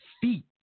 feet